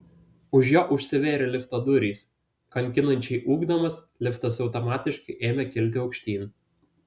už jo užsivėrė lifto durys kankinančiai ūkdamas liftas automatiškai ėmė kilti aukštyn